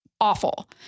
awful